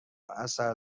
اثر